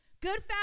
good